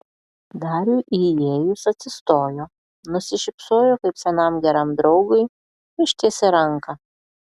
dariui įėjus atsistojo nusišypsojo kaip senam geram draugui ištiesė ranką